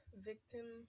victim